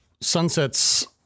Sunset's